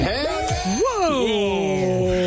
Whoa